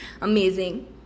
Amazing